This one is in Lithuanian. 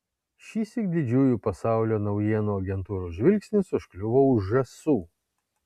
šįsyk didžiųjų pasaulio naujienų agentūrų žvilgsnis užkliuvo už žąsų